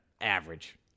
average